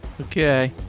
Okay